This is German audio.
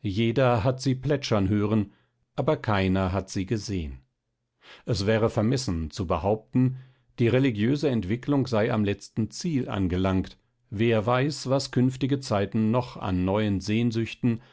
jeder hat sie plätschern hören aber keiner hat sie gesehen es wäre vermessen zu behaupten die religiöse entwicklung sei am letzten ziel angelangt wer weiß was künftige zeiten noch an neuen sehnsüchten